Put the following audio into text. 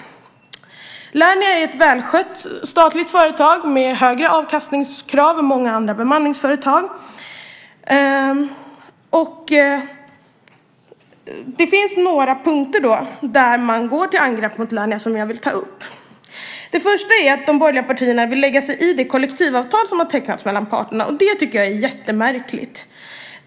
Lernia är ett välskött statligt företag med högre avkastningskrav än många andra bemanningsföretag. Det finns några punkter som jag vill ta upp där man går till angrepp mot Lernia. För det första vill de borgerliga partierna lägga sig i de kollektivavtal som har tecknats mellan parterna, och det tycker jag är jättemärkligt.